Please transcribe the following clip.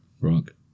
Rock